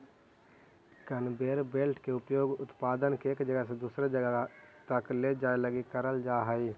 conveyor belt के उपयोग उत्पाद के एक जगह से दूसर जगह तक ले जाए लगी करल जा हई